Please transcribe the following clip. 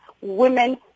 women